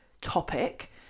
topic